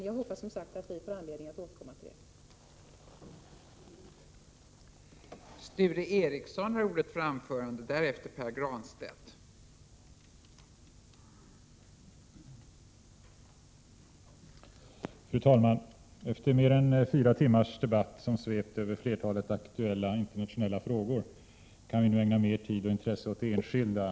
Jag hoppas, som sagt, att vi får anledning att återkomma till de här frågorna.